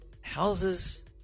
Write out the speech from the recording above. houses